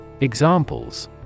Examples